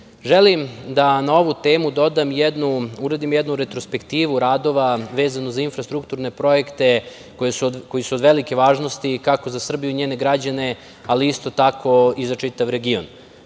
BiH.Želim da na ovu temu uradim jednu retrospektivu radova vezano za infrastrukturne projekte koji su od velike važnosti, kako za Srbiju i njene građane, ali isto tako i za čitav region. Kada